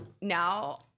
now